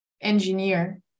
engineer